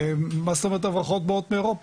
ומה זאת אומרת הברחות באות מאירופה?